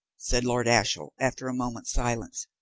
said lord ashiel, after a moment's silence,